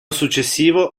successivo